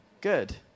Good